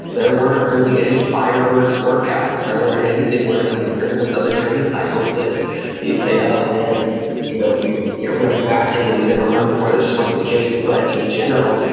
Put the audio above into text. there weren't really any fireworks workouts, there weren't anything where if you compared them with other training cycles that you'd say, oh man, he's you know he's you know running faster than he's ever run before, that just wasn't the case. but in general,